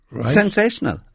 Sensational